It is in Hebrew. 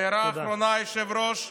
הערה אחרונה, היושב-ראש.